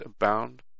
abound